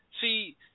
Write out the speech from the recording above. See